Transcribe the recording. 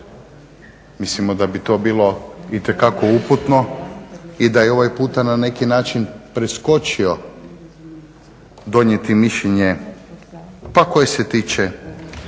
Mislimo da bi to bilo itekako uputno i da je ovaj puta na neki način preskočio donijeti mišljenje koje se tiče